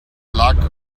luck